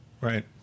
Right